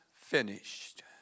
finished